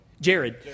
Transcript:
Jared